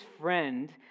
friend